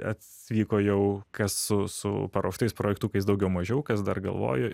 atvyko jau kas su su paruoštais projektukais daugiau mažiau kas dar galvojo